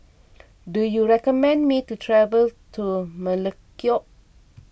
do you recommend me to travel to Melekeok